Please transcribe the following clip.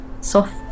soft